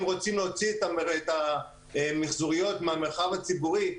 אם רוצים להוציא את המיחזוריות מהמרחב הציבורי,